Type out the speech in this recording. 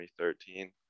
2013